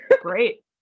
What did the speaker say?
Great